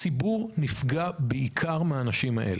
הציבור נפגע בעיקר מהאנשים האלה.